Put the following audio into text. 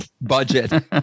budget